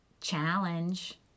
challenge